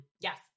Yes